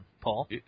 Paul